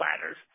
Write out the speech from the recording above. ladders